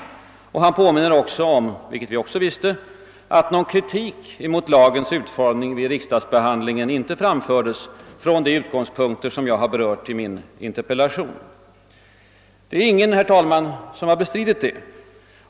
Justitieministern erinrar också om att någon kritik mot lagens utformning vid riksdagsbehandlingen inte framfördes från de utgångspunkter som jag berört i min interpellation. Herr talman! Ingen har bestridit detta.